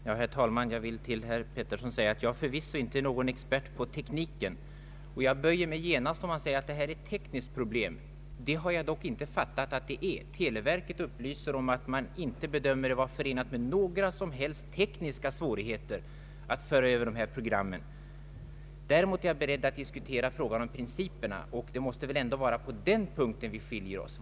Herr talman! Jag vill till herr Georg Pettersson säga att jag förvisso inte är någon expert på tekniska frågor i detta sammanhang. Jag böjer mig genast, om man säger att det här gäller ett tekniskt problem. Jag har dock icke fattat detta som ett sådant problem. Televerket upplyser ju om att man inte bedömer det vara förenat med några som helst tekniska svårigheter att föra över de program det nu är fråga om. Däremot är jag beredd att diskutera frågan om principerna, och det måste väl ändå vara på den punkten vi skiljer oss.